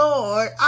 Lord